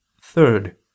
third